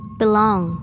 belong